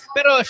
Pero